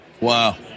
Wow